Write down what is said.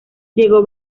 llegó